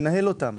לנהל אותם